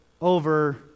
over